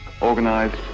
organized